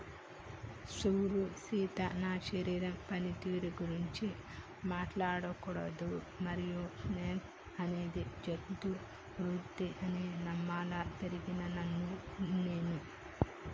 సూడు సీత నా శరీరం పనితీరు గురించి మాట్లాడకూడదు మరియు సెక్స్ అనేది జంతు ప్రవుద్ది అని నమ్మేలా పెరిగినాను నేను